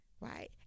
right